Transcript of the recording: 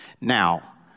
Now